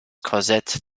korsett